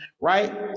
right